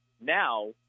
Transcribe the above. Now